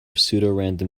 pseudorandom